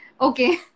Okay